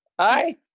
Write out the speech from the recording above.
Hi